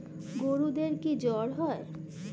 গরুদেরও কি জ্বর হয়?